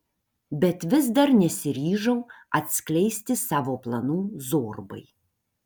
bet vis dar nesiryžau atskleisti savo planų zorbai